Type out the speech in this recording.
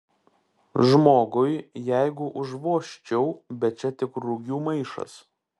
žmogui jeigu užvožčiau bet čia tik rugių maišas